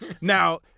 now